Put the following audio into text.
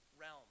realm